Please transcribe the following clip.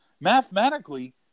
Mathematically